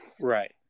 Right